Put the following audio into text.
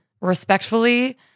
respectfully